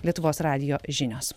lietuvos radijo žinios